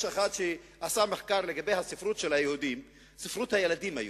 יש אחד שעשה מחקר על ספרות הילדים היהודים.